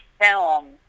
film